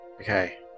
Okay